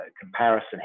comparison